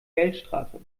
geldstrafe